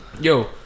Yo